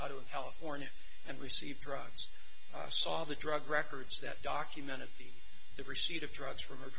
out of california and receive drugs saw the drug records that documented the the receipt of drugs from a